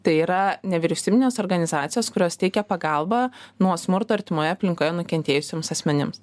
tai yra nevyriausybinės organizacijos kurios teikia pagalbą nuo smurto artimoje aplinkoje nukentėjusiems asmenims